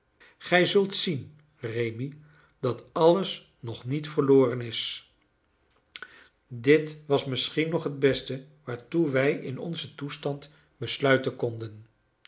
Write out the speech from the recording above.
gij zult zien rémi dat alles nog niet verloren is dit was misschien nog het beste waartoe wij in onzen toestand besluiten konden